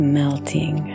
melting